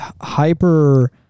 hyper